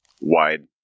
wide